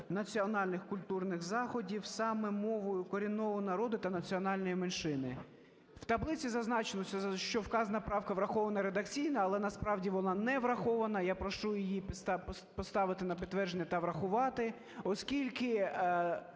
національних культурних заходів саме мовою корінного народу та національної меншини. В таблиці зазначається, що вказана правка врахована редакційно, але насправді вона не врахована, я прошу її поставити на підтвердження та врахувати. Оскільки